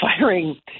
firing